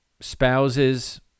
spouses